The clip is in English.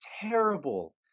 terrible